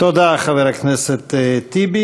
תודה, חבר הכנסת טיבי.